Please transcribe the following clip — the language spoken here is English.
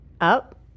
up